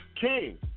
King